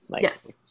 Yes